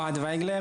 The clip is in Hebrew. אוהד וייגלר,